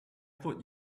thought